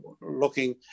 looking